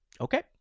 Okay